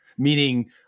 Meaning